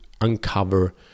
uncover